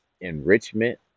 enrichment